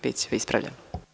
Biće ispravljeno.